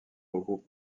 regroupe